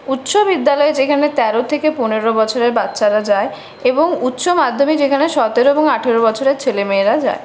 উচ্চ বিদ্যালয় যেখানে তেরো থেকে পনেরো বছরের বাচ্চারা যায় এবং উচ্চ মাধ্যমিক যেখানে সতেরো এবং আঠেরো বছরের ছেলেমেয়েরা যায়